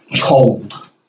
cold